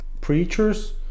preachers